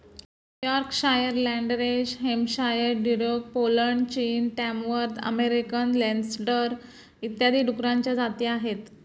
Yorkshire, Landrace Hampshire, Duroc Poland, चीन, Tamworth American लेन्सडर इत्यादी डुकरांच्या जाती आहेत